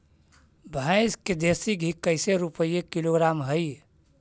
भैंस के देसी घी कैसे रूपये किलोग्राम हई?